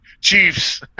Chiefs